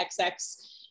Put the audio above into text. XX